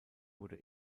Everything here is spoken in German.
wurde